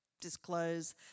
disclose